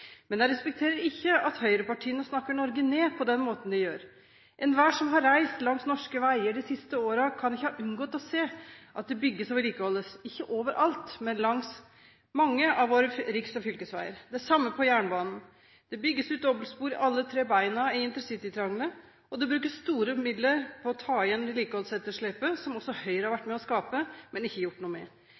men jeg respekterer ikke at høyrepartiene snakker Norge ned på den måten de gjør. Enhver som har reist langs norske veier de siste årene, kan ikke ha unngått å se at det bygges og vedlikeholdes – ikke overalt, men langs mange av våre riks- og fylkesveier. Det samme på jernbanen. Det bygges ut dobbeltspor på alle tre bena i intercitytriangelet, og det brukes store midler på å ta igjen vedlikeholdsetterslepet som også Høyre har vært med på å skape, men ikke gjort noe med.